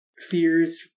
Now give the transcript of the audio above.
fears